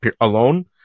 alone